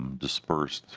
um dispersed